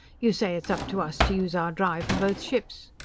you say it's up to us to use our drive for both ships.